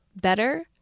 better